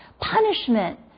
punishment